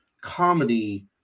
comedy